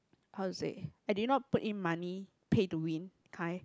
how to say I did not put in money pay to win kind